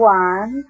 one